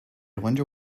wonder